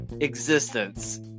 existence